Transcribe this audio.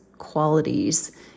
Qualities